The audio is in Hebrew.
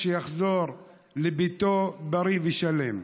ושיחזור לביתו בריא ושלם.